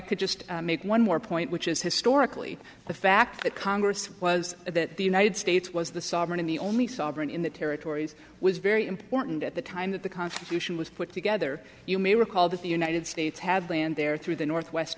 could just make one more point which is historically the fact that congress was that the united states was the sovereign the only sovereign in the territories which very important at the time that the constitution was put together you may recall that the united states had land there through the northwest